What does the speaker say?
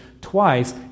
twice